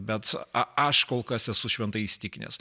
bet a aš kol kas esu šventai įsitikinęs